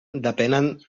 depenen